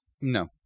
No